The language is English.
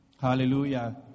Hallelujah